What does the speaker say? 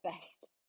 best